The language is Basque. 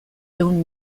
ehun